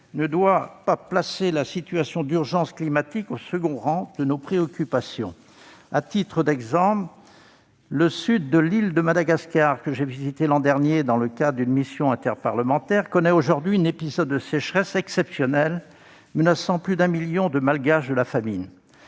ne doit pas placer la situation d'urgence climatique au second rang de nos préoccupations. À titre d'exemple, le sud de l'île de Madagascar, que j'ai visité l'an dernier dans le cadre d'une mission interparlementaire, connaît aujourd'hui un épisode de sécheresse exceptionnel menaçant de famine plus d'un million de Malgaches. Cette